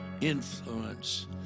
influence